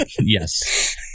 Yes